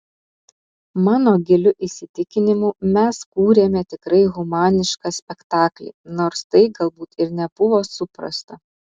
mano giliu įsitikinimu mes kūrėme tikrai humanišką spektaklį nors tai galbūt ir nebuvo suprasta